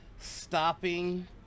Stopping